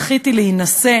זכיתי להינשא